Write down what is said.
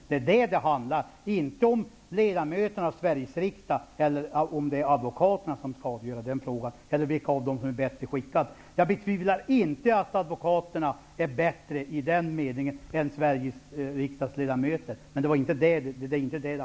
Det handlar inte om huruvida det är ledamöterna av Sveriges riksdag eller advokaterna som skall avgöra den frågan eller vilka av dem som är bättre skickade att göra det. Jag betvivlar inte att advokaterna är bättre i den meningen än Sveriges riksdagsledamöter. Det handlar inte om det.